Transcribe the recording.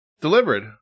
Delivered